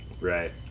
Right